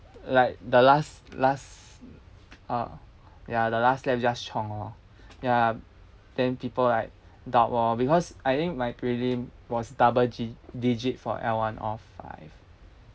like the last last uh ya the last lap just chiong lor ya then people like doubt lor because I think my prelim was double gi~ digit for L one R five